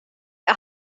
jag